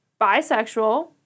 bisexual